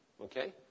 Okay